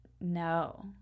No